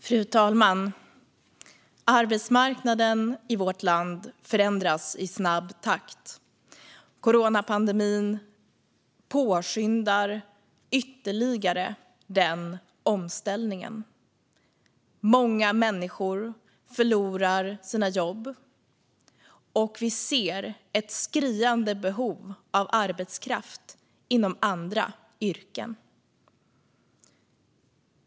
Fru talman! Arbetsmarknaden i vårt land förändras i snabb takt. Coronapandemin påskyndar ytterligare denna omställning. Många människor förlorar sina jobb, och vi ser ett skriande behov av arbetskraft inom andra yrken.